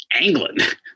England